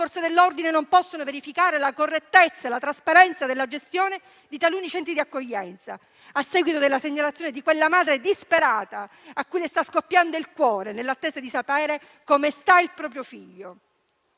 Forze dell'ordine non possano verificare la correttezza e la trasparenza della gestione di taluni centri di accoglienza, a seguito della segnalazione di quella madre disperata, a cui sta scoppiando il cuore, nell'attesa di sapere come sta il proprio figlio.